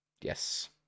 yes